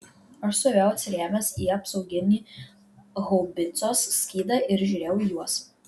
aš stovėjau atsirėmęs į apsauginį haubicos skydą ir žiūrėjau į juos